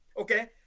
okay